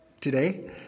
today